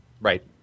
Right